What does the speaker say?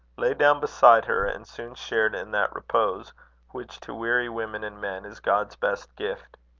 lay down beside her, and soon shared in that repose which to weary women and men is god's best gift.